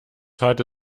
hatte